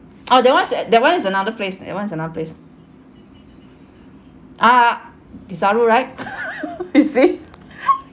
oh that one is at that one is another place that once is another place ah desaru right you see